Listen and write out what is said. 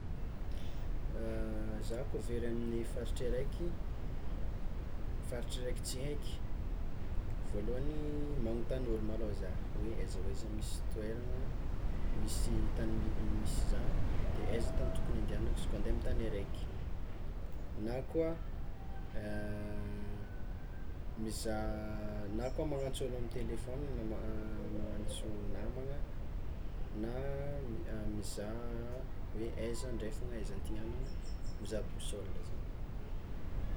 Zah koa very amy faritry araiky, faritry raiky tsy haiky, voalohany magnotany ôlo malôha zah hoe aiza ho aiza misy toerana misy tany mi- misy zah de aiza tany tokony andehanako izy koa ande amy tany araiky na koa mizaha na koa magnantso olo amy telefôny na magnantso namagna na mizaha hoe aiza andrefana aiza antignagnana mizaha boussole zany.